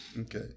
okay